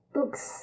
Books